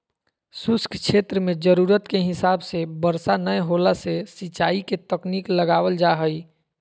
शुष्क क्षेत्र मे जरूरत के हिसाब से बरसा नय होला से सिंचाई के तकनीक लगावल जा हई